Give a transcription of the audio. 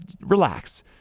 relax